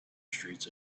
streets